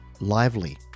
lively